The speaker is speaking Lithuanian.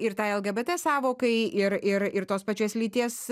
ir tai lgbt sąvokai ir ir ir tos pačios lyties